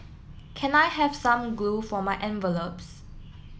can I have some glue for my envelopes